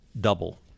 double